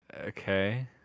Okay